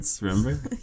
Remember